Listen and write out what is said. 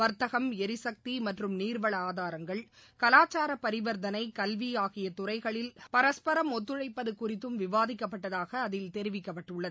வர்த்தகம் எரிசக்தி மற்றும் நீர்வள ஆதாரங்கள் கலாச்சார பரிவர்த்தளை கல்வி ஆகிய துறைகளில் பரஸ்பரம் ஒத்துழைப்பது குறித்தும் விவாதிக்கப்பட்டதாக அதில் தெரிவிக்கப்பட்டுள்ளது